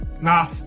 Nah